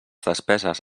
despeses